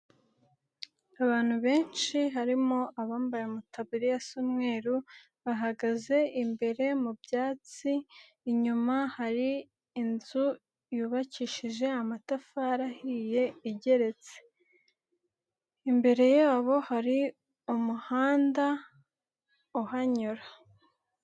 Abantu benshi harimo abambaye amatabriya asa umweru, bahagaze imbere mu byatsi, inyuma hari inzu yubakishije amatafari ahiye igeretse, imbere yabo hari umuhanda uhanyura.